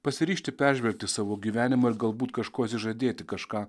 pasiryžti peržvelgti savo gyvenimą ir galbūt kažko atsižadėti kažką